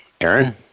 Aaron